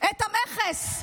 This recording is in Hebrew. את המכס.